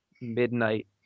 midnight